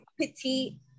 petite